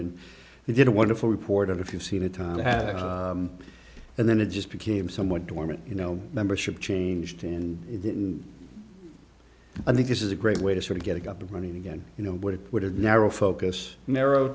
and he did a wonderful report and if you've seen it time and then it just became somewhat dormant you know membership changed and i think this is a great way to sort of get it up and running again you know but it would have narrow focus narrow